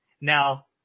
Now